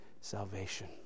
salvation